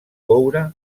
coure